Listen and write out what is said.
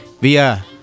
via